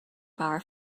bar